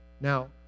Now